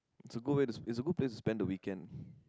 it's a good way to it's a good place to spend the weekend